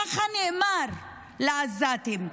ככה נאמר לעזתים,